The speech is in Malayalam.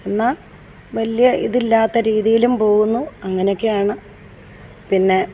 എന്നാൽ വലിയ ഇതില്ലാത്ത രീതിയിലും പോകുന്നു അങ്ങനൊക്കെയാണ് പിന്നേ